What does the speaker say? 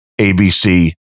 ABC